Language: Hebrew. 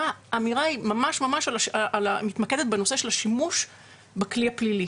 האמירה ממש מתמקדת בנושא של השימוש בכלי הפלילי.